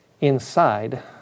inside